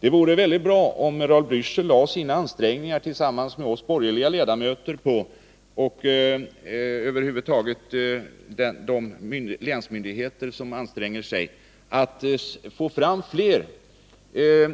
Det vore mycket bra om Raul Blächer ville ställa sig bakom oss borgerliga ledamöter och de länsmyndigheter som arbetar för att få fler